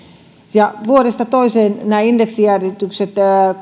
vuodesta toiseen nämä indeksijäädytykset